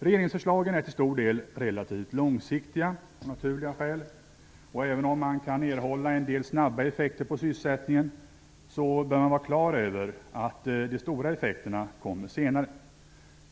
Regeringsförslagen är av naturliga skäl till stor del relativt långsiktiga. Även om man kan erhålla en del snabba effekter på sysselsättningen, bör man vara klar över att de stora effekterna kommer senare.